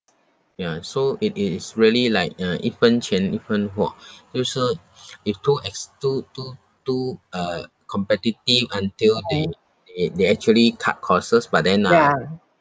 ya so it it it is really like uh 一分钱一分货就是 if too ex~ too too too uh competitive until they they they actually cut costs but then uh